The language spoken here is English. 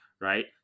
right